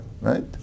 right